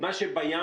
מה שבים,